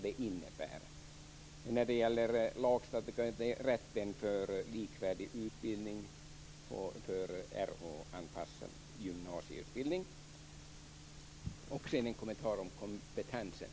Den andra frågan gäller den lagstadgade rätten till likvärdig utbildning när det gäller den Rh-anpassade gymnasieutbildningen. Sedan vill jag ha en kommentar om kompetensen.